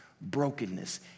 brokenness